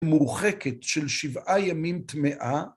מורחקת של שבעה ימים טמאה.